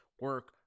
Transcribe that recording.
Work